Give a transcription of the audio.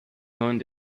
going